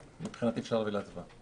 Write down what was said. מבחינתי אפשר להביא את הנושא להצבעה.